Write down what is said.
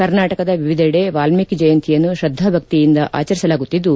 ಕರ್ನಾಟಕದ ವಿವಿಧೆಡೆ ವಾಲ್ಸೀಕಿ ಜಯಂತಿಯನ್ನು ತ್ರದ್ದಾ ಭಕ್ತಿಯಿಂದ ಆಚರಿಸಲಾಗುತ್ತಿದ್ದು